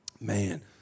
Man